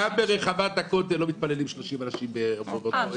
גם ברחבת הכותל לא מתפללים 30 אנשים באותו רגע וגם כן --- אה,